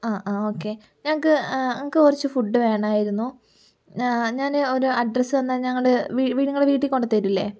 ആ ആ ഓക്കേ ഞങ്ങൾക്ക് ഞങ്ങൾക്ക് കുറച്ച് ഫുഡ് വേണമായിരുന്നു ഞാൻ ഒരു അഡ്രസ്സ് തന്നാൽ ഞങ്ങൾ നിങ്ങൾ വീട്ടിൽ കൊണ്ട് തരില്ലേ